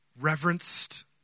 reverenced